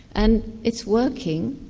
and it's working.